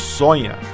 sonha